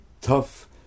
tough